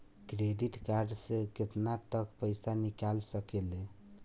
Credit card से केतना तक पइसा निकाल सकिले?